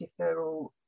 deferral